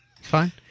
Fine